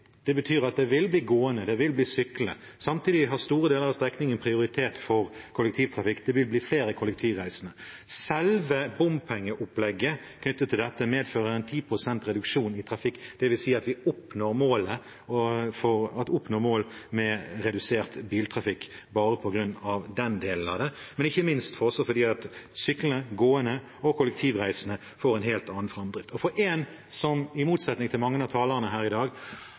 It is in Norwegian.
Det betyr at det vil bli gående, og det vil bli syklende. Samtidig har store deler av strekningen prioritet for kollektivtrafikk. Det vil bli flere kollektivreisende. Selve bompengeopplegget knyttet til dette medfører ca. 10 pst. reduksjon i trafikk, dvs. at vi oppnår målet om redusert biltrafikk bare på grunn av den delen av det, men ikke minst også fordi syklende, gående og kollektivreisende får en helt annen framdrift. Jeg er en som – i motsetning til mange av talerne her i dag